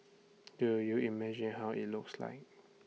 do you imagine how IT looks like